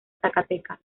zacatecas